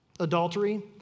adultery